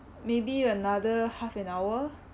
maybe another half an hour